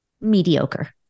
mediocre